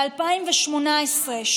ב-2018,